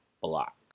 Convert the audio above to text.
block